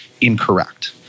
Incorrect